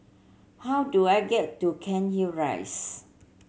how do I get to Cairnhill Rise